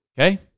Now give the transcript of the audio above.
Okay